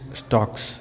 stocks